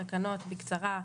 התקנות, בקצרה,